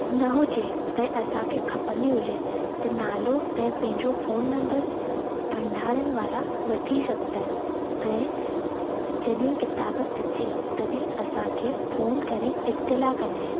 न हुजे ऐं असांखे खपंदी हुजे त नालो ऐं पंहिंजो फ़ोन नम्बर भंडारनि वारा वठी सघंदा आहिनि ऐं जॾहिं किताबु अचे तॾहिं असांखे फ़ोन करे इतिलाउ कंदा आहिनि